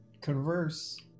converse